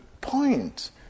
point